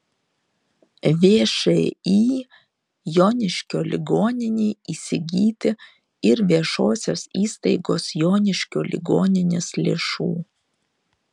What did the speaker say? všį joniškio ligoninei įsigyti ir viešosios įstaigos joniškio ligoninės lėšų